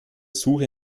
suche